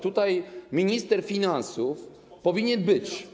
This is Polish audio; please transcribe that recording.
Tutaj minister finansów powinien być.